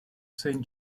saint